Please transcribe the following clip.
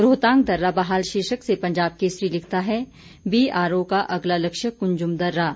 रोहतांग दर्रा बहाल शीर्षक से पंजाब केसरी लिखता है बीआरओ का अगला लक्ष्य कुंजम दर्रा